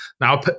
Now